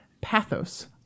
pathos